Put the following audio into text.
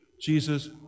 Jesus